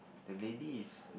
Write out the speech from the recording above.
the lady is